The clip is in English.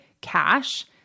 cash